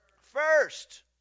First